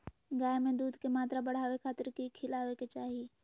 गाय में दूध के मात्रा बढ़ावे खातिर कि खिलावे के चाही?